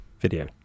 video